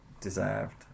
deserved